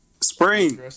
Spring